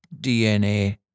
DNA